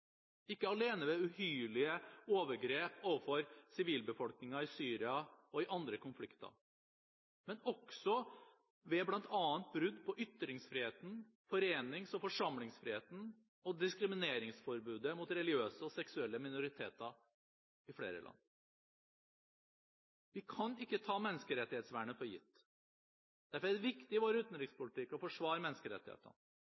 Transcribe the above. ikke alene ved uhyrlige overgrep overfor sivilbefolkningen i Syria og i andre konflikter, men også ved bl.a. brudd på ytringsfriheten, forenings- og forsamlingsfriheten og diskrimineringsforbudet mot religiøse og seksuelle minoriteter i flere land. Vi kan ikke ta menneskerettighetsvernet for gitt. Derfor er det viktig i vår